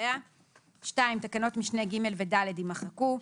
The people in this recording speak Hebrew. ולאחריה."; תקנות משנה (ג) ו-(ד) יימחקו,